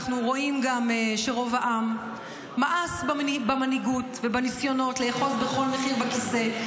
אנחנו רואים גם שרוב העם מאס במנהיגות ובניסיונות לאחוז בכל מחיר בכיסא,